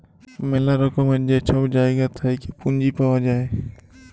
ম্যালা রকমের যে ছব জায়গা থ্যাইকে পুঁজি পাউয়া যায়